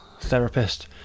therapist